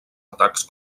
atacs